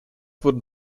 wurden